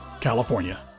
California